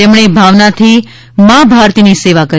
તેમણે ભાવનાથી મા ભારતીની સેવા કરી